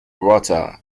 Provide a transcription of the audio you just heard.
water